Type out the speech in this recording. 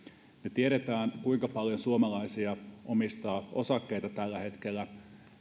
me tiedämme kuinka paljon suomalaisia omistaa osakkeita tällä hetkellä